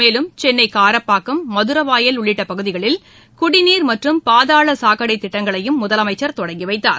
மேலும் சென்னை காரப்பாக்கம் மதரவாயல் உள்ளிட்ட பகுதிகளில் குடிநீர் மற்றும் பாதாள சாக்கடை திட்டங்களையும் முதலமைச்சர் தொடங்கிவைத்தார்